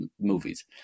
movies